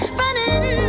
running